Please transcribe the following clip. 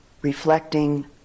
reflecting